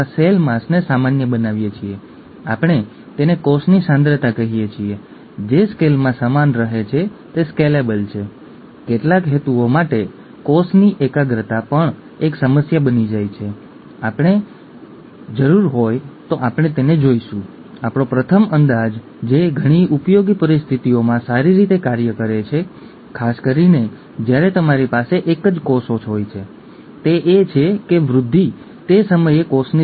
માં ખૂબ જ સામાન્ય આનુવંશિક વિકાર છે તે ઉદ્ભવે છે કારણ કે પટલમાં ક્લોરાઇડ માટેની ચેનલ ખામીયુક્ત છે ઠીક છે કારણ કે પ્રોટીન જે ખરેખર ક્લોરાઇડ ચેનલ પ્રોટીન છે જે યોગ્ય રીતે રચાયું નથી અને તેથી તે ખામીયુક્ત છે ક્લોરાઇડ કોષની અંદર અને બહાર જઇ શકતું નથી